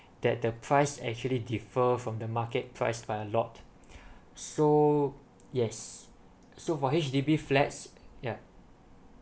that the price actually differ from the market price by a lot so yes so for H_D_B flats ya